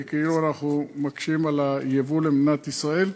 כי כאילו אנחנו מקשים על הייבוא למדינת ישראל.